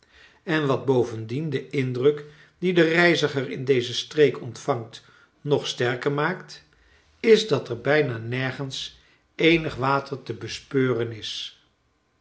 en wat bovendien den indruk dien de reiziger in deze streek ontvangt nog sterker maakt is dat er bijna nergens eenig water te bespeuren is